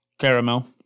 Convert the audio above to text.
Caramel